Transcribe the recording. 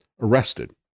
Arrested